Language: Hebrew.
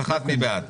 (הישיבה נפסקה בשעה 13:09 ונתחדשה בשעה 13:14.)